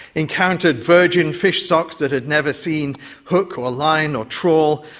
encountered virgin fish stocks that had never seen hook or line or trawl.